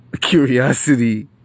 curiosity